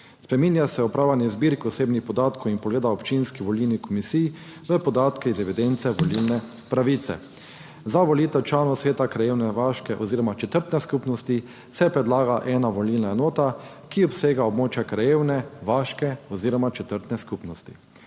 Spreminja se upravljanje zbirk osebnih podatkov in vpogleda občinskih volilnih komisij v podatke iz evidence volilne pravice. Za volitve članov sveta krajevne, vaške oziroma četrtne skupnosti se predlaga ena volilna enota, ki obsega območje krajevne, vaške oziroma četrtne skupnosti.